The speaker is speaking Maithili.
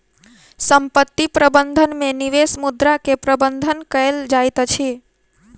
संपत्ति प्रबंधन में निवेश मुद्रा के प्रबंधन कएल जाइत अछि